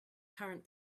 current